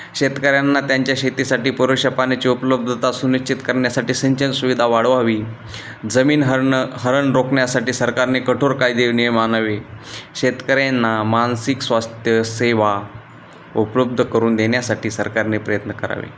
शेतकऱ्यांना त्यांच्या शेतीसाठी पुरेशा पाण्याची उपलब्धता सुनिश्चित करण्यासाठी सिंचन सुविधा वाढवावी जमीन हरणं हरण रोखण्यासाठी सरकारने कठोर कायदे नियम आणावे शेतकऱ्यांना मानसिक स्वास्थ्य सेवा उपलब्ध करून देण्यासाठी सरकारने प्रयत्न करावे